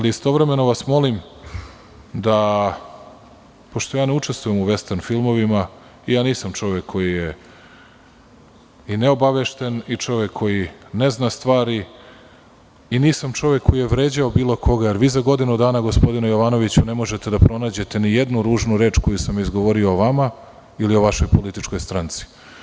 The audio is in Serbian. Istovremeno vas molim da, pošto ne učestvujem u vestern filmovima, nisam čovek koji nije neobavešten i čovek koji ne zna stvari i nisam čovek koji je vređao bilo koga, jer vi za godinu dana, gospodine Jovanoviću ne možete da pronađete ni jednu ružnu reč koju sam izgovorio o vama ili o vašoj političkoj stranci.